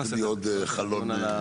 יש לי עוד חלון זמן.